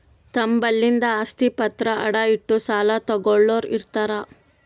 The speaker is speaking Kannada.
ತಮ್ ಬಲ್ಲಿಂದ್ ಆಸ್ತಿ ಪತ್ರ ಅಡ ಇಟ್ಟು ಸಾಲ ತಗೋಳ್ಳೋರ್ ಇರ್ತಾರ